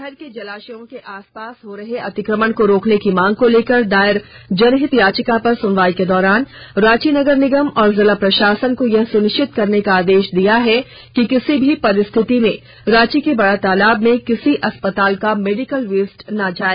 शहर के जलाशयों के आसपास हो रहे अतिक्रमण को रोकने की मांग को लेकर दायर जनहित याचिका पर सुनवाई के दौरान रांची नगर निगम और जिला प्रशासन को यह सुनिश्चित करने का आदेश दिया है कि किसी भी परिस्थिति में रांची के बड़ा तालाब में किसी अस्पताल का मेडिकल वेस्ट ना जाए